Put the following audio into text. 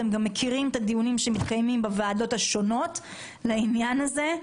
אתם גם מכירים את הדיונים שמתקיימים בוועדות השונות לעניין הזה.